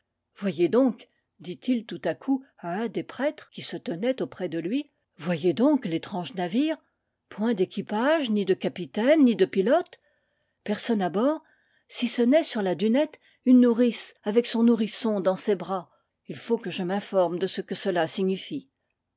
voyez donc dit-il tout à coup à un des prêtres qui se tenaient auprès de lui voyez donc l'étrange navire point d'équipage ni de capitaine ni de pilote personne à bord si ce n'est sur la dunette une nourrice avec son nourrisson dans ses bras il faut que je m'informe de ce que cela signifie